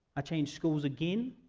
i changed schools again,